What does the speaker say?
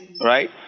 right